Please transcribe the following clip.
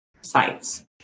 sites